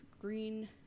Green